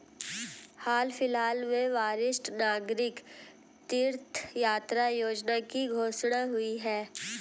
हाल फिलहाल में वरिष्ठ नागरिक तीर्थ यात्रा योजना की घोषणा हुई है